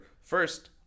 first